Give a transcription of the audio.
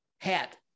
Hat